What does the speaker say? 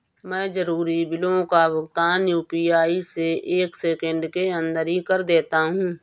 मैं जरूरी बिलों का भुगतान यू.पी.आई से एक सेकेंड के अंदर ही कर देता हूं